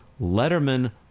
Letterman